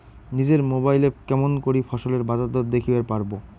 নিজের মোবাইলে কেমন করে ফসলের বাজারদর দেখিবার পারবো?